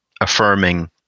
affirming